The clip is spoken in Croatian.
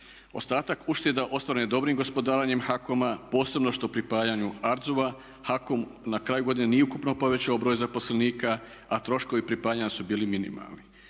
Ostatak ušteda ostvaren je dobrim gospodarenjem HAKOM-a posebno što pripajanju ARTZU-a, HAKOM na kraju godine nije ukupno povećao broj zaposlenika, a troškovi pripajanja su bili minimalni.